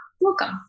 welcome